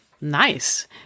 Nice